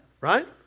right